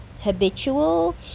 habitual